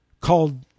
called